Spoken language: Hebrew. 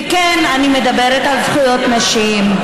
וכן, אני מדברת על זכויות נשים,